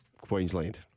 Queensland